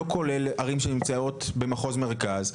לא כולל ערים שנמצאות במחוז מרכז.